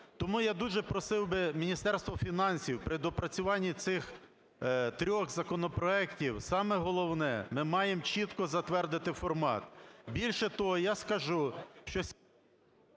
тому я дуже просив би Міністерство фінансів при доопрацюванні цих трьох законопроектів, саме головне – ми маємо чітко затвердити формат. Більше того, я скажу, що…